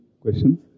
questions